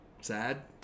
sad